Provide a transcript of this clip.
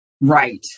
Right